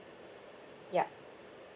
yup